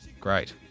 Great